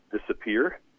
disappear